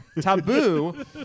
Taboo